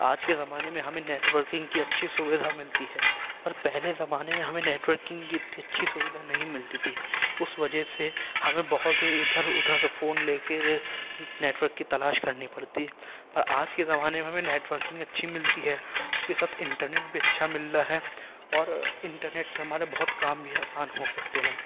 آج کے زمانے میں ہمیں نیٹ ورکنگ کی اچھی سویدھا ملتی ہے پر پہلے زمانے میں ہمیں نیٹ ورکنگ کی اتنی اچھی سویدھا نہیں ملتی تھی اس وجہ سے ہمیں بہت ادھر ادھر فون لے کے نیٹ ورک کی تلاش کرنی پڑتی پر آج کے زمانے میں ہمیں نیٹ ورکنگ اچھی ملتی ہے اس کے ساتھ انٹرنیٹ بھی اچھا مل رہا ہے اور انٹرنیٹ سے ہمارے بہت کام بھی آسان ہو سکتے ہیں